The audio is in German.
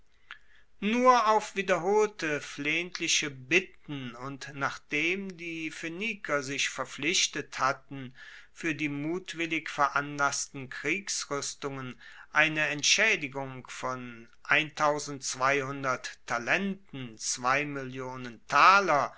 nur auf wiederholte flehentliche bitten und nachdem die phoeniker sich verpflichtet hatten fuer die mutwillig veranlassten kriegsruestungen eine entschaedigung von talenten